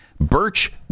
Birch